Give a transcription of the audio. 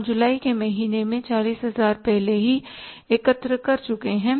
हम जुलाई के महीने में 40000 पहले से ही एकत्र कर चुके हैं